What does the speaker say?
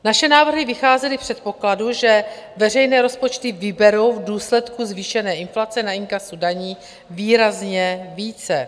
Naše návrhy vycházely z předpokladu, že veřejné rozpočty vyberou v důsledku zvýšené inflace na inkasu daní výrazně více.